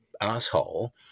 asshole